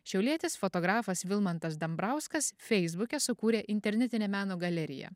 šiaulietis fotografas vilmantas dambrauskas feisbuke sukūrė internetinę meno galeriją